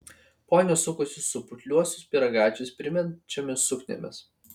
ponios sukosi su putliuosius pyragaičius primenančiomis sukniomis